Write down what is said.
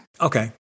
Okay